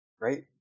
right